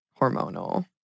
hormonal